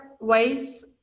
ways